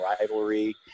rivalry